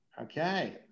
Okay